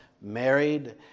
married